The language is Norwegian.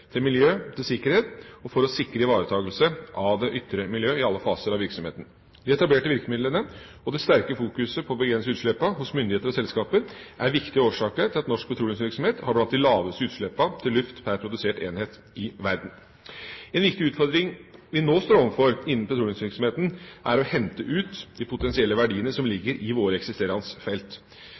miljø og sikkerhet og for å sikre ivaretakelse av det ytre miljø i alle faser av virksomheten. De etablerte virkemidlene og den sterke fokuseringen på å begrense utslippene hos myndigheter og selskaper er viktige årsaker til at norsk petroleumsvirksomhet har blant de laveste utslippene til luft per produsert enhet i verden. En viktig utfordring vi nå står overfor i petroleumssektoren, er å hente ut de potensielle verdiene som ligger i våre eksisterende felt.